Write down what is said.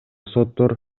соттор